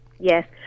Yes